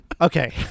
Okay